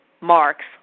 Marks